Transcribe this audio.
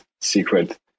Secret